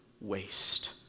waste